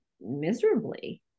miserably